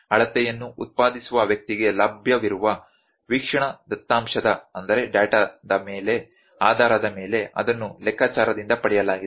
ಅಳತೆಯನ್ನು ಉತ್ಪಾದಿಸುವ ವ್ಯಕ್ತಿಗೆ ಲಭ್ಯವಿರುವ ವೀಕ್ಷಣಾ ದತ್ತಾಂಶದ ಆಧಾರದ ಮೇಲೆ ಅದನ್ನು ಲೆಕ್ಕಾಚಾರದಿಂದ ಪಡೆಯಲಾಗಿದೆ